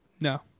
No